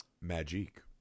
Magic